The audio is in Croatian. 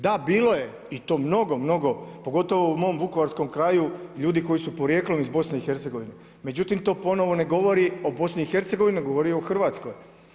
Da, bilo je to mnogo, mnogo pogotovo u mom vukovarskom kraju, ljudi koji su porijeklom iz BiH, međutim to ponovno ne govori o BiH nego govori o Hrvatskoj.